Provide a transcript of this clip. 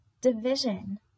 division